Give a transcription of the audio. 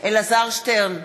אלעזר שטרן,